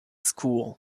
school